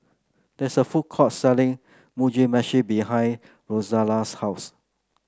there is a food court selling Mugi Meshi behind Rosella's house